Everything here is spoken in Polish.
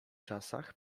czasach